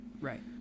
Right